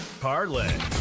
Parlay